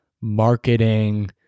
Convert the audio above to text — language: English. marketing